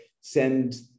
send